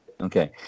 Okay